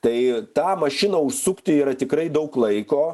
tai tą mašiną užsukti yra tikrai daug laiko